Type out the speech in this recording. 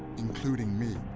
including me.